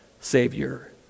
Savior